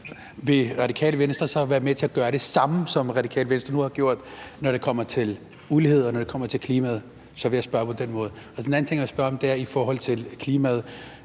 Vil Radikale Venstre så være med til at gøre det samme, som Radikale Venstre nu har gjort her, når det kommer til ulighed, og når det kommer til klimaet? Så vil jeg spørge på den måde. Den anden ting, jeg vil spørge om, handler om klimaet.